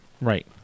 Right